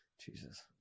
Jesus